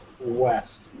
west